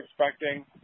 expecting